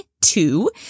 two